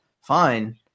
Fine